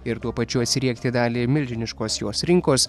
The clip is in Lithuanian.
ir tuo pačiu atsiriekti dalį milžiniškos jos rinkos